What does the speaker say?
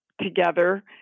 together